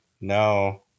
no